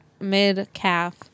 mid-calf